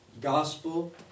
Gospel